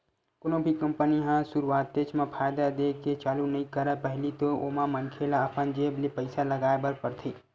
कोनो भी कंपनी ह सुरुवातेच म फायदा देय के चालू नइ करय पहिली तो ओमा मनखे ल अपन जेब ले पइसा लगाय बर परथे